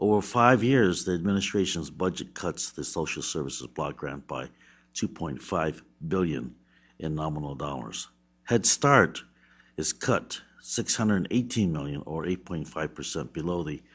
over five years the administration's budget cuts the social services blood grant by two point five billion in nominal dollars headstart is cut six hundred eighteen million or a point five percent below the